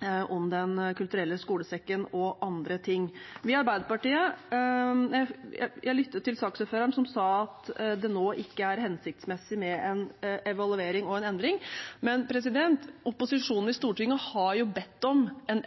Den kulturelle skolesekken og andre ting. Jeg lyttet til saksordføreren, som sa at det nå ikke er hensiktsmessig med en evaluering og en endring, men opposisjonen i Stortinget har bedt om en